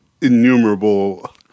Innumerable